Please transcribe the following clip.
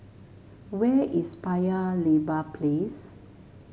where is Paya Lebar Place